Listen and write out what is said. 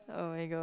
oh-my-god